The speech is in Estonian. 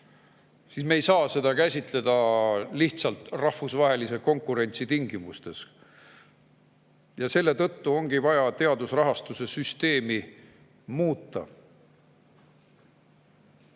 siis me ei saa seda käsitleda lihtsalt rahvusvahelise konkurentsi tingimustes. Ja selle tõttu ongi vaja teadusrahastuse süsteemi